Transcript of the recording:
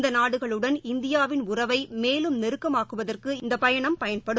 இந்த நாடுகளுடன் இந்தியாவின் உறவை மேலும் நெருக்கமாக்குவதற்கு இந்த பயணம் பயன்படும்